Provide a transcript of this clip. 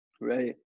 right